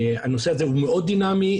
הנושא הזה הוא מאוד דינמי,